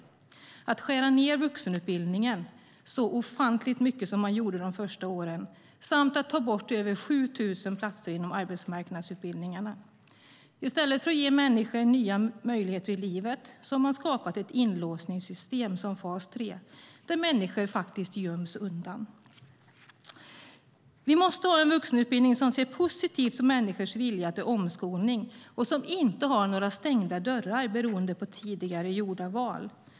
Det var att skära ned vuxenutbildningen så ofantligt mycket som man gjorde de första åren samt att ta bort 7 000 platser inom arbetsmarknadsutbildningarna. I stället för att ge människor nya möjligheter i livet har man skapat ett inlåsningssystem som fas 3 där människor göms undan. Vi måste ha en vuxenutbildning som ser positivt på människors vilja till omskolning och som inte har några stängda dörrar beroende på tidigare gjorda val.